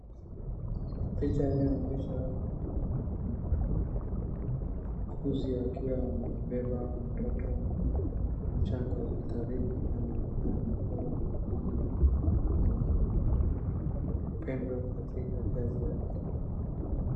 Picha inyaoonyesha muuguzi akiwa amebeba mtoto mchanga hospitalini, anaonekana kuwa mwenye upendo katika kazi yake.